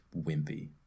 wimpy